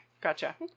gotcha